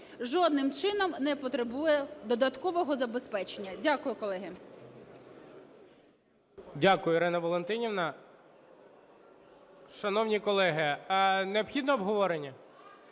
жодним чином не потребує додаткового забезпечення. Дякую, колеги. ГОЛОВУЮЧИЙ. Дякую, Ірино Валентинівно. Шановні колеги, необхідно обговорення?